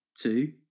two